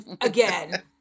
Again